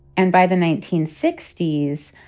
and by the nineteen sixty s,